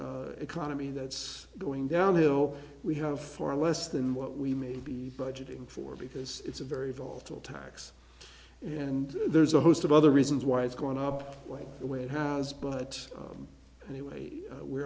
a economy that's going downhill we have far less than what we may be budgeting for because it's a very volatile tax and there's a host of other reasons why it's gone up quite the way it has but anyway we